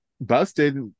busted